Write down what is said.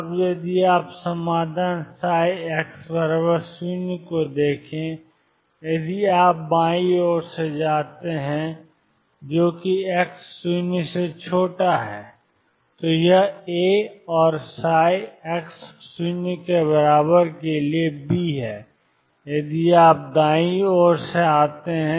अब यदि आप समाधान ψx0 को देखें यदि आप बाईं ओर से आते हैं जो कि x0 है तो यह A और x0B है यदि आप दाईं ओर से आते हैं